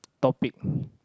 topic